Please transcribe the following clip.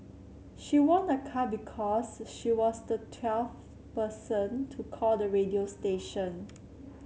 she won a car because she was the twelfth person to call the radio station